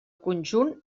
conjunt